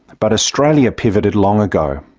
but australia pivoted long ago.